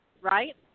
right